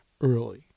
early